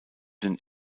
den